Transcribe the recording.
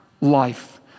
life